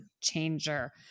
changer